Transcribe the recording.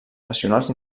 nacionals